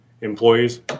employees